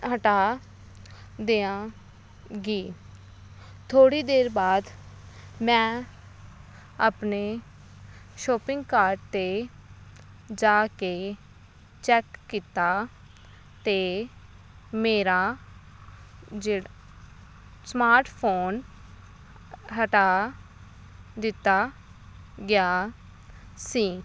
ਹਟਾ ਦੇਵਾਂਗੀ ਥੋੜ੍ਹੀ ਦੇਰ ਬਾਅਦ ਮੈਂ ਆਪਣੇ ਸ਼ੋਪਿੰਗ ਕਾਰਡ 'ਤੇ ਜਾ ਕੇ ਚੈੱਕ ਕੀਤਾ ਅਤੇ ਮੇਰਾ ਜਿਹੜਾ ਸਮਾਰਟ ਫੋਨ ਹਟਾ ਦਿੱਤਾ ਗਿਆ ਸੀ